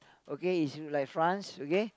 okay it's like France okay